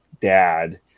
dad